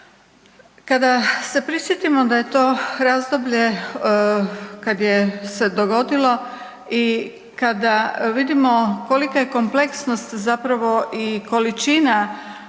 Kada se prisjetimo da je to razdoblje kad je se dogodilo i kada vidimo kolika je kompleksnost zapravo i količina